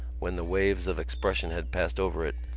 when the waves of expression had passed over it,